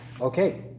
Okay